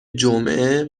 جمعه